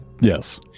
Yes